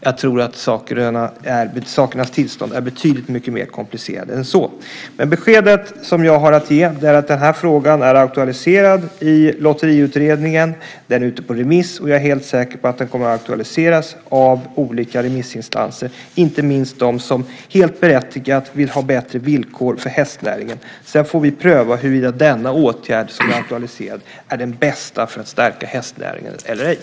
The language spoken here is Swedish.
Jag tror att sakernas tillstånd är betydligt mycket mer komplicerat än så. Beskedet som jag har att ge är att frågan är aktualiserad i Lotteriutredningen. Den är ute på remiss, och jag är helt säker på att den kommer att aktualiseras av olika remissinstanser, inte minst de som helt berättigat vill ha bättre villkor för hästnäringen. Sedan får vi pröva huruvida den åtgärd som aktualiseras är den bästa för att stärka hästnäringen eller ej.